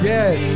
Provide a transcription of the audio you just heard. Yes